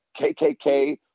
KKK